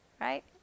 Right